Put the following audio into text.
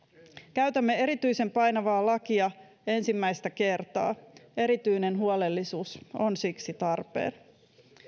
käytämme erityisen painavaa lakia ensimmäistä kertaa erityinen huolellisuus on siksi tarpeen